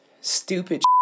stupid